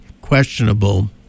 questionable